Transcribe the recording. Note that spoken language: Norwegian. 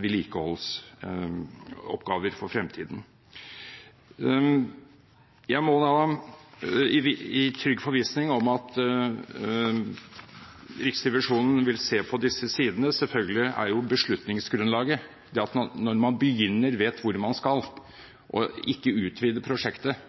vedlikeholdsoppgaver for fremtiden. Jeg er i trygg forvissning om at Riksrevisjonen vil se på disse sidene. Og selvfølgelig er beslutningsgrunnlaget avhengig av at man når man begynner, vet hvor man skal og ikke utvider prosjektet,